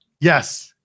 Yes